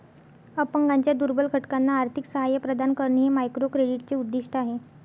अपंगांच्या दुर्बल घटकांना आर्थिक सहाय्य प्रदान करणे हे मायक्रोक्रेडिटचे उद्दिष्ट आहे